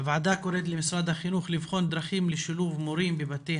הוועדה קוראת למשרד החינוך לבחון דרכים לשילוב מורים בבתי